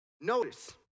Notice